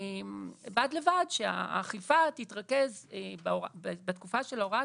בד בד שהאכיפה תתרכז בתקופה של הוראת